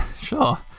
sure